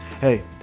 Hey